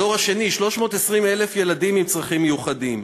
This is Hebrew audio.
הדור השני, 320,000 ילדים עם צרכים מיוחדים.